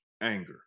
anger